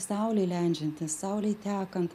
saulei leidžiantis saulei tekant